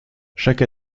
chaque